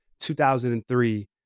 2003